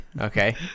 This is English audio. Okay